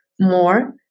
more